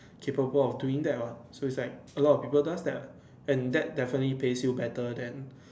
capable of doing that what so it's like a lot of people does that lah and that definitely pays you better than